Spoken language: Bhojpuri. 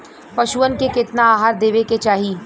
पशुअन के केतना आहार देवे के चाही?